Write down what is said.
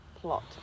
plot